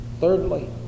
Thirdly